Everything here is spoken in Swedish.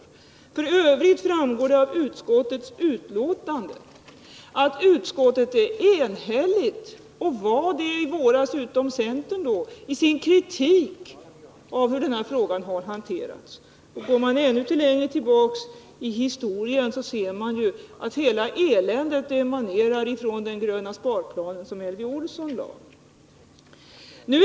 F. ö. framgår det av utskottsbetänkandet att utskottet i våras var enigt — utom vad det gäller centern — i sin kritik av hur den här frågan har hanterats. Går man ännu längre tillbaka i historien så finner man att hela eländet emanerar från den ”gröna sparplan” som Elvy Olsson lade fram.